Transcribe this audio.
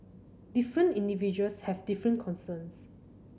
different individuals have different concerns